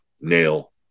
nail